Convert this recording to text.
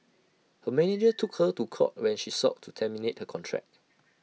her manager took her to court when she sought to terminate contract